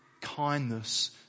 kindness